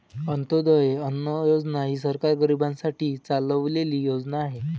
अंत्योदय अन्न योजना ही सरकार गरीबांसाठी चालवलेली योजना आहे